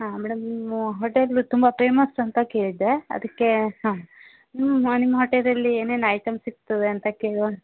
ಹಾಂ ಮೇಡಮ್ ನಿಮ್ಮ ಹೋಟೆಲ್ ತುಂಬ ಪೇಮಸ್ ಅಂತ ಕೇಳಿದೆ ಅದಕ್ಕೆ ಹಾಂ ನಿಮ್ಮ ನಿಮ್ಮ ಹೋಟೆಲಲ್ಲಿ ಏನೇನು ಐಟೆಮ್ ಸಿಗ್ತದೆ ಅಂತ ಕೇಳುವ